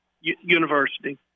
university